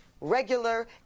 regular